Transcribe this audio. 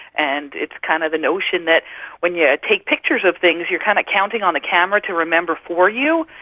and it's kind of the notion that when you take pictures of things you are kind of counting on the camera to remember for you,